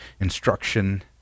instruction